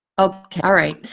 okay. all right.